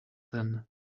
ten